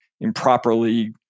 improperly